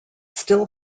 still